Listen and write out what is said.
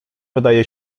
wydaje